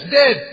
dead